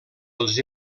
els